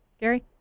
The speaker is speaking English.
Gary